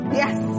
yes